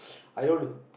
i don't want to